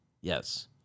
Yes